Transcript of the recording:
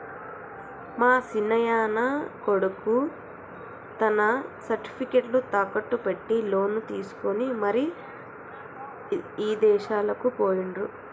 మా సిన్నాయన కొడుకు తన సర్టిఫికేట్లు తాకట్టు పెట్టి లోను తీసుకొని మరి ఇదేశాలకు పోయిండు